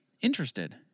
interested